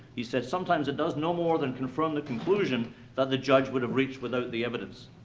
he said, sometimes it does no more than confirm the conclusion that the judge would have reached without the evidence.